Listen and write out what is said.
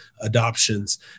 adoptions